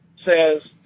says